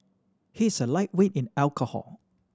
he is a lightweight in alcohol